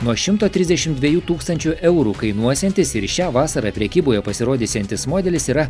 nuo šimto trisdešim dviejų tūkstančių eurų kainuosiantis ir šią vasarą prekyboj pasirodysiantis modelis yra